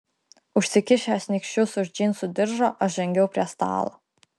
užsikišęs nykščius už džinsų diržo aš žengiau prie stalo